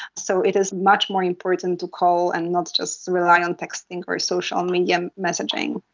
so it is much more important to call and not just rely on texting or social media messaging.